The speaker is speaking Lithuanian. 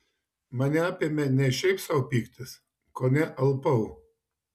mane apėmė ne šiaip sau pyktis kone alpau